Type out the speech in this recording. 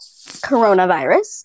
coronavirus